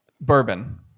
bourbon